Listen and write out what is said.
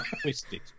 Twisted